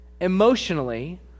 emotionally